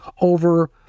over